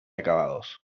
acabados